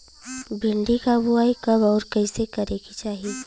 भिंडी क बुआई कब अउर कइसे करे के चाही?